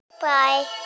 Bye